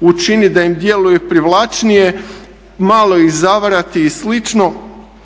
učinit da im djeluje privlačnije, malo ih zavarat i